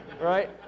Right